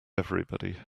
everybody